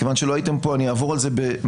כיוון שלא הייתם פה אני אעבור על זה במהירות.